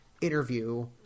interview